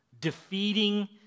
defeating